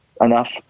enough